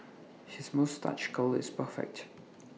his moustache curl is perfect